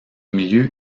milieux